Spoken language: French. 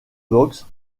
boxe